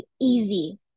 easy